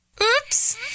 Oops